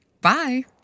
Bye